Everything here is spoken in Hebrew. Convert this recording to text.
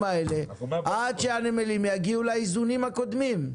האלה עד שהנמלים יגיעו לאיזונים הקודמים?